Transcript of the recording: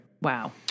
Wow